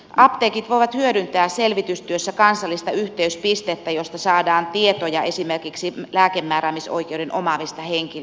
apteekit voivat hyödyntää selvitystyössä kansallista yhteyspistettä josta saadaan tietoja esimerkiksi lääkemääräämisoikeuden omaavista henkilöistä